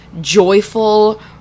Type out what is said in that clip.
joyful